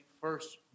first